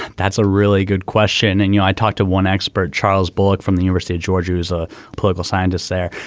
that's a really good question and you know i talked to one expert charles bullock from the university of georgia is a political scientist there.